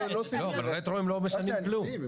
לא, אבל רטרו הם לא משלמים כלום.